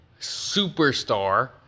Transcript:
superstar